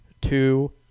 two